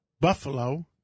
Buffalo